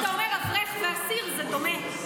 אתה אומר, אברך ואסיר זה דומה.